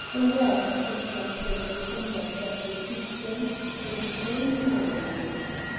a wag contrasted the conduct of the two priests in the following lines